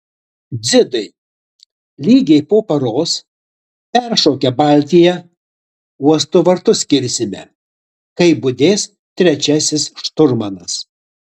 dzidai lygiai po paros peršokę baltiją uosto vartus kirsime kai budės trečiasis šturmanas